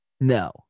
no